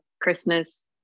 Christmas